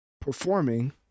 Performing